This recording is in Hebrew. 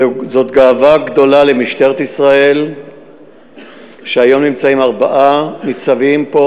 זאת גאווה גדולה למשטרת ישראל שהיום נמצאים ארבעה ניצבים פה,